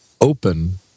open